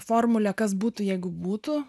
formulę kas būtų jeigu būtų